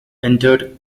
entered